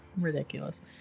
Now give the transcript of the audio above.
ridiculous